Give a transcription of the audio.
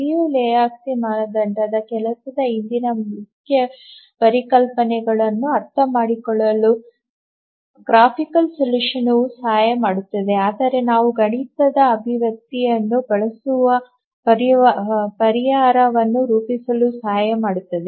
Liu Lehoczky ಮಾನದಂಡದ ಕೆಲಸದ ಹಿಂದಿನ ಮುಖ್ಯ ಪರಿಕಲ್ಪನೆಗಳನ್ನು ಅರ್ಥಮಾಡಿಕೊಳ್ಳಲು ಚಿತ್ರಾತ್ಮಕ ಪರಿಹಾರವು ಸಹಾಯ ಮಾಡುತ್ತದೆ ಆದರೆ ನಾವು ಗಣಿತದ ಅಭಿವ್ಯಕ್ತಿಯನ್ನು ಬಳಸುವ ಪರಿಹಾರವನ್ನು ರೂಪಿಸಲು ಸಹಾಯ ಮಾಡುತ್ತದೆ